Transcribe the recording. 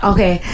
Okay